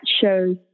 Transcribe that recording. shows